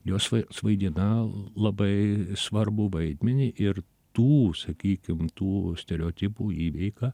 jos vai vaidina labai svarbų vaidmenį ir tų sakykim tų stereotipų įveika